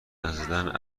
نزدن